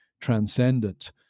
transcendent